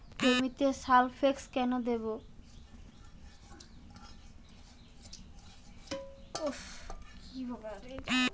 জমিতে সালফেক্স কেন দেবো?